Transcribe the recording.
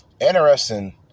Interesting